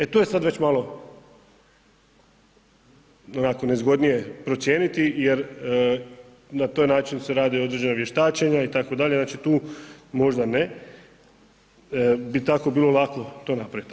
E tu je sad već malo, onako nezgodnije procijeniti jer na taj način se rade određena vještačenja itd., znači tu možda ne bi tako bilo lako to napraviti.